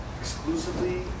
exclusively